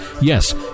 yes